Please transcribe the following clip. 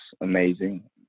amazing